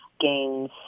gains